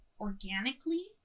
organically